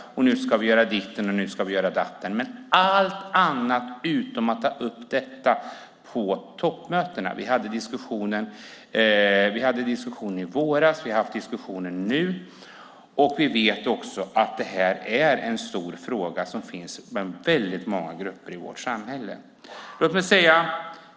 Nu ska vi göra ditten och datten. Men det är allt annat utom att ta upp frågan på toppmötena. Vi hade en diskussion i våras, och vi har haft en diskussion nu. Vi vet också att frågan är stor bland väldigt många grupper i vårt samhälle.